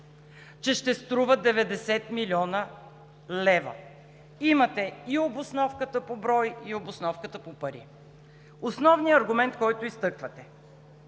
че ще струва 90 млн. лв. Имате обосновката по брой и обосновката по пари. Основният аргумент, който изтъквате: